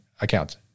accounts